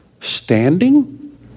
Standing